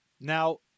Now